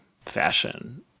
fashion